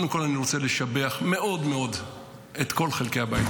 קודם כול אני רוצה לשבח מאוד מאוד את כל חלקי הבית,